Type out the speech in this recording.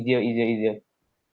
easier easier easier